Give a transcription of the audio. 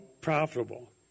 profitable